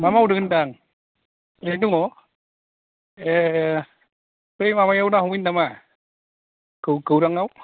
मा मावदों होनदां ओरैनो दङ ए बै माबायाव ना हमहैनो नामा गौरांआव